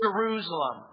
Jerusalem